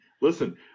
listen